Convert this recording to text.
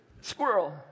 squirrel